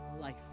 life